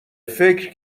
فکر